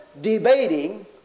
debating